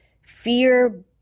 fear